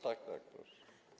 Tak, tak, proszę.